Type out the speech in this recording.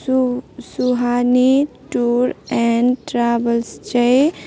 सु Suhani tour and travels चाहिँ